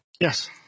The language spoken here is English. Yes